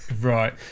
Right